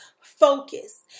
focus